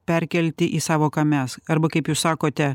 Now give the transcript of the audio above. perkelti į sąvoką mes arba kaip jūs sakote